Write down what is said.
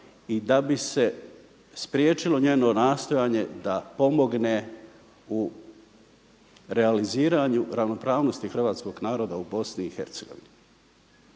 i da bi se spriječilo njeno nastojanje da pomogne u realiziranju ravnopravnosti hrvatskog naroda u BiH.